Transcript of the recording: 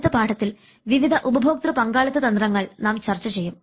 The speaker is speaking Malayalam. അടുത്ത പാഠത്തിൽ വിവിധ ഉപഭോക്തൃ പങ്കാളിത്ത തന്ത്രങ്ങൾ നാം ചർച്ച ചെയ്യും